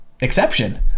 exception